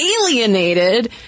alienated